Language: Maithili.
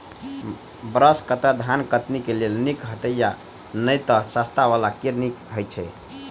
ब्रश कटर धान कटनी केँ लेल नीक हएत या नै तऽ सस्ता वला केँ नीक हय छै?